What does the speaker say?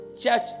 church